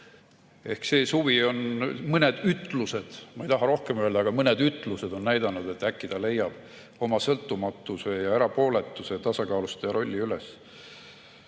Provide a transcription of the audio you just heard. See suvi on mõned ütlused – ma ei taha rohkem öelda – näidanud, et äkki ta leiab oma sõltumatuse ja erapooletuse, tasakaalustaja rolli üles.